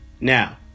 Now